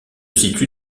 situe